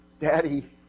Daddy